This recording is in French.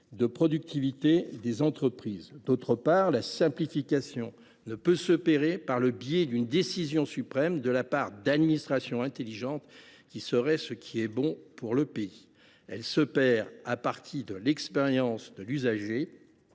de productivité des entreprises. Par ailleurs, la simplification ne peut s’effectuer par le biais de décisions suprêmes de la part d’administrations intelligentes qui sauraient ce qui est bon pour le pays ; elle doit être réalisée à partir de l’expérience de l’usager.